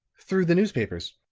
through the newspapers.